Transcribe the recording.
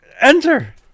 enter